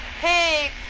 Hey